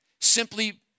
simply